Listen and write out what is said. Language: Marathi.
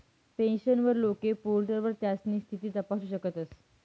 पेन्शनर लोके पोर्टलवर त्यास्नी स्थिती तपासू शकतस